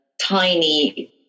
tiny